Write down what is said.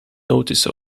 notice